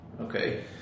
Okay